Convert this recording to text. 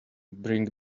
bring